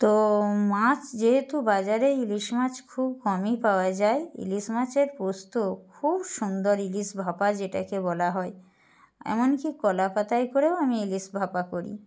তো মাছ যেহেতু বাজারে ইলিশ মাছ খুব কমই পাওয়া যায় ইলিশ মাছের পোস্ত খুব সুন্দর ইলিশ ভাপা যেটাকে বলা হয় এমনকি কলা পাতায় করেও আমি ইলিশ ভাপা করি